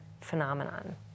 phenomenon